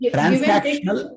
Transactional